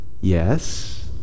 Yes